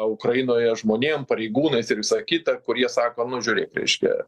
ukrainoje žmonėm pareigūnais ir visa kita kurie sako nu žiūrėk reiškia